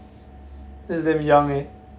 that's damn young eh